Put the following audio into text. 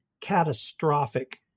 catastrophic